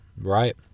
right